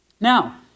Now